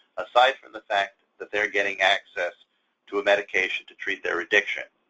aside from the fact that they're getting access to a medication to treat their addiction?